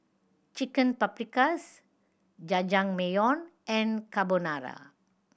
Chicken Paprikas Jajangmyeon and Carbonara